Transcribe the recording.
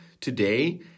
today